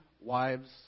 wives